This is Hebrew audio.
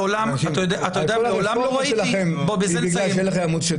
מעולם לא ראיתי --- בגלל שאין לכם עמוד שדרה.